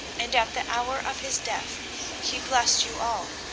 and at the hour of his death he blessed you all.